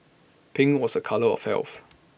pink was A colour of health